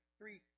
three